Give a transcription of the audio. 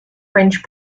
french